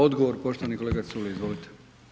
Odgovor, poštovani kolega Culej, izvolite.